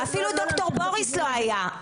אפילו ד"ר בוריס לא היה.